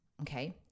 okay